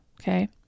Okay